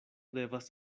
devas